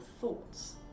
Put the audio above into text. thoughts